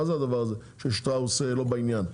מה זה הדבר הזה ששטראוס לא בעניין?